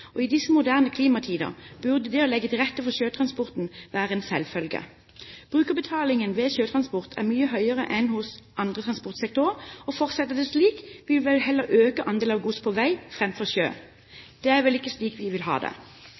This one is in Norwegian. og i disse moderne klimatider burde det å legge til rette for sjøtransporten være en selvfølge. Brukerbetalingen ved sjøtransport er mye høyere enn for andre transportsektorer, og fortsetter det slik, vil vi vel heller øke andelen av gods på vei, framfor sjø. Det er vel ikke slik vi vil ha det?